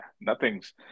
nothing's